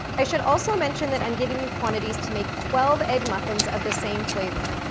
i should also mention that i'm giving you quantities to make twelve egg muffins of the same flavor.